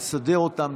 נסדר אותם,